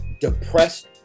depressed